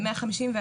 ו-151,